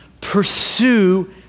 pursue